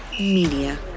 media